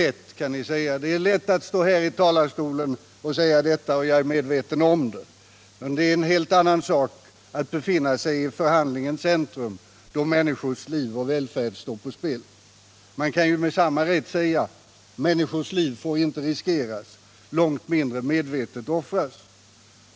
Ni kan säga att det är lätt att stå här i talarstolen och säga detta, och det är jag medveten om. Det är en helt annan sak att befinna sig i handlingens centrum, då människors liv och välfärd står på spel. Man kan ju med samma rätt säga: Människors liv får inte riskeras, långt mindre medvetet offras.